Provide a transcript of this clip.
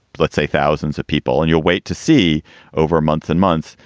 let's say, thousands of people and you'll wait to see over months and months.